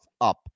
up